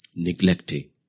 Neglecting